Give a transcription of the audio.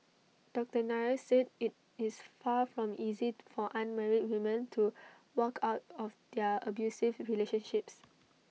doctor Nair said IT is far from easy to for unmarried women to walk out of their abusive relationships